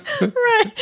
right